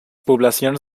poblacions